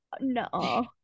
No